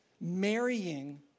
marrying